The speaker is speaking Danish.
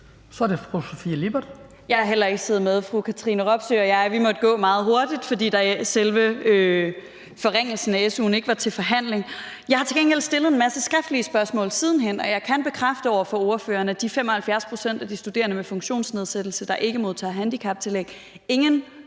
Kl. 16:14 Sofie Lippert (SF): Jeg har heller ikke siddet med. Fru Katrine Robsøe og jeg måtte gå meget hurtigt, fordi selve forringelsen af su'en ikke var til forhandling. Jeg har til gengæld stillet en masse skriftlige spørgsmål siden hen, og jeg kan bekræfte over for ordføreren, at de 75 pct. af de studerende med funktionsnedsættelse, der ikke modtager handicaptillæg, ingen